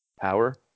power